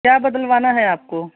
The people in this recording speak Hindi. क्या बदलवाना है आपको